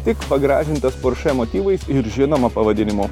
tik pagražintas porsche motyvais ir žinoma pavadinimu